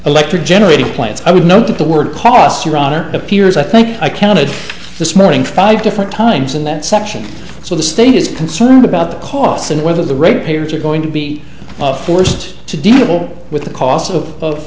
electric generating plants i would note that the word costs around or appears i think i counted this morning five different times in that section so the state is concerned about the costs and whether the rate payers are going to be forced to deal with the cost